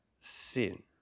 sin